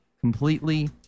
completely